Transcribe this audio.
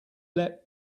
let